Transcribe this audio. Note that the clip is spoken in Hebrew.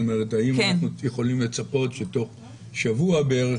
האם אנחנו יכולים לצפות שתוך שבוע בערך